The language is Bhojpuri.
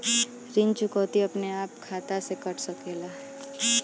ऋण चुकौती अपने आप खाता से कट सकेला?